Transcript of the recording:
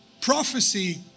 prophecy